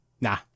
Nah